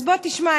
אז בוא תשמע.